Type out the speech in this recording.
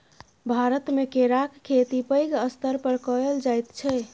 भारतमे केराक खेती पैघ स्तर पर कएल जाइत छै